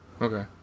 Okay